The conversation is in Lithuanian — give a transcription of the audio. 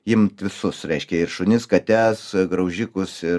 imt visus reiškia ir šunis kates graužikus ir